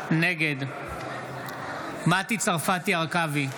נגד מטי צרפתי הרכבי,